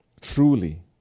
truly